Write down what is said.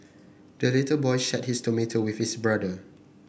the little boy shared his tomato with his brother